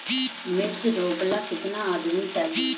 मिर्च रोपेला केतना आदमी चाही?